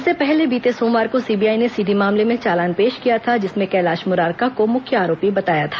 इससे पहले बीते सोमवार को सीबीआई ने सीडी मामले में चालान पेश किया था जिसमें कैलाश मुरारका को मुख्य आरोपी बताया था